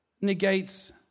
negates